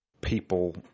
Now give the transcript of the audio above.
people